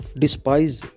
despise